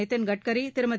Nitin Gadkari Thirumathi